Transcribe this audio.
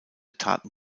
taten